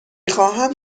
خواهم